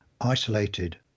isolated